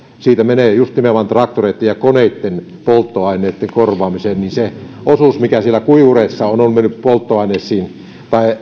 siitä menee just nimenomaan traktoreitten ja koneitten polttoaineitten korvaamiseen niin se osuus mikä siellä kuivureissa on on mennyt polttoaineisiin